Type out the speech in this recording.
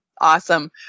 awesome